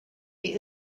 die